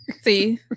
See